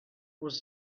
was